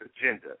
agenda